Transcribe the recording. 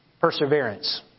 Perseverance